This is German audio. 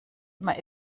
immer